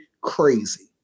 crazy